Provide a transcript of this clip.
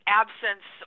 absence